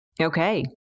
Okay